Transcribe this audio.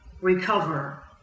recover